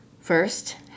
First